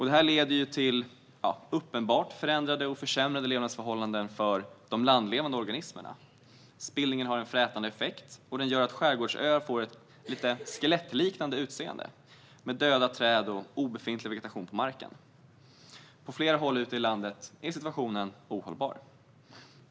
Detta leder till uppenbart förändrade och försämrade levnadsförhållanden för de landlevande organismerna. Spillningen har en frätande effekt och gör att skärgårdsöar får ett lite skelettliknande utseende med döda träd och obefintlig vegetation på marken. På flera håll ute i landet är situationen ohållbar.